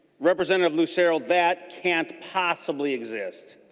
representative lucero that can't possibly exist.